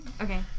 Okay